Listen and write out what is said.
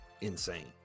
insane